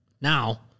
Now